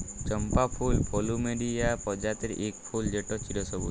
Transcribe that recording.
চম্পা ফুল পলুমেরিয়া প্রজাতির ইক ফুল যেট চিরসবুজ